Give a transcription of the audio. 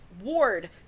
Ward